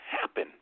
happen